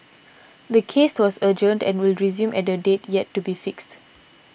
the case was adjourned and will resume at a date yet to be fixed